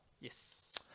Yes